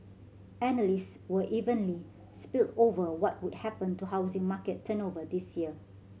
analyst were evenly split over what would happen to housing market turnover this year